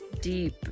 deep